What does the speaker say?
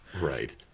Right